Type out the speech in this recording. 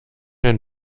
ein